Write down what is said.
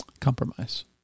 compromise